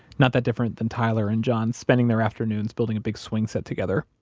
not that different than tyler and john spending their afternoons building a big swing set together.